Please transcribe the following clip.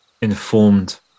informed